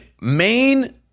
main